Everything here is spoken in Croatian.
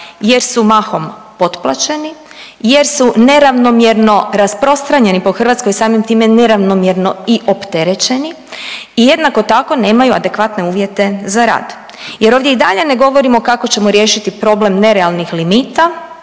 jer su mahom potplaćeni, jer su neravnomjerno rasprostranjeni po Hrvatskoj, samim time neravnomjerno i opterećeni i jednako tako nemaju adekvatne uvjete za rad jer ovdje i dalje ne govorimo kako ćemo riješiti problem nerealnih limita